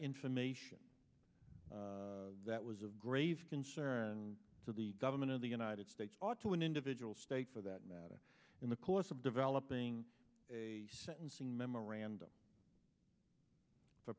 information that was of grave concern to the government of the united states ought to an individual state for that matter in the course of developing a sentencing memorandum for